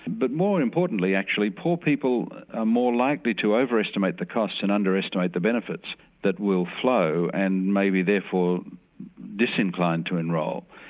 but more importantly actually, poor people are ah more likely to overestimate the costs and underestimate the benefits that will flow, and may be therefore disinclined to enrol.